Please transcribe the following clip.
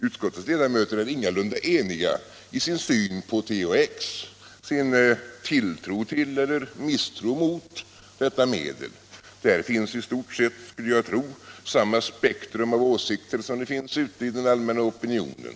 Utskottets ledamöter är ingalunda eniga i sin syn på THX, sin tilltro till eller misstro mot detta medel. Där finns, skulle jag tro, samma spektrum av åsikter som det finns i den allmänna opinionen.